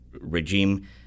regime